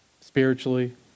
spiritually